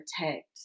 protect